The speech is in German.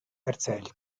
erzählt